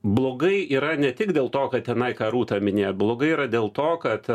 blogai yra ne tik dėl to kad tenai ką rūta minėjo blogai yra dėl to kad